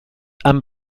han